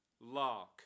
lark